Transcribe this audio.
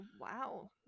wow